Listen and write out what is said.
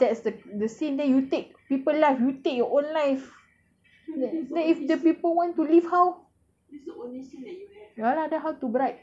ya lah then like if that's the sin then you take people life you take your own life then if the people want to live how